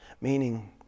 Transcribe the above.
Meaning